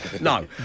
no